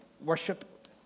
worship